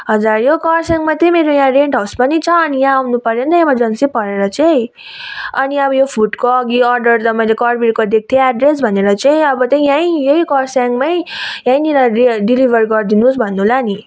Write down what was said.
हजुर यो कर्सियङमा चाहिँ यहाँ मेरो रेन्ट हाउस पनि छ अनि यहाँ आउनु पर्यो नि एमर्जेन्सी परेर चाहिँ अनि अब यो फुडको अघि अर्डर त मैले कलभिरको दिएको थिएँ एड्रेस भनेर चाहिँ अब त्यही यहीँ यहीँ कर्सियङमै यहीँनेर डेलिभर गरिदिनु होस् भन्नुलाई नि